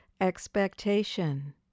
expectation